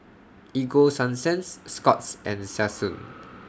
Ego Sunsense Scott's and Selsun